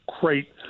great